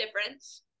difference